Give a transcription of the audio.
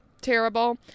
terrible